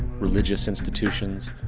religious institutions.